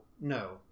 no